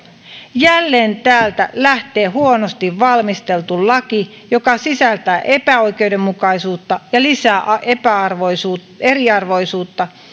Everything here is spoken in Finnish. jälleen täältä lähtee huonosti valmisteltu laki joka sisältää epäoikeudenmukaisuutta ja lisää eriarvoisuutta eriarvoisuutta